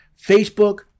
Facebook